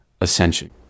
ascension